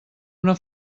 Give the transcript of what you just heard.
una